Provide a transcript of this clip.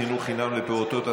חינוך חינם לפעוטות),